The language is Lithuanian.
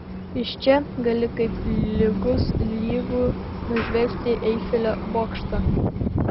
iš čia gali kaip lygus lygų nužvelgti eifelio bokštą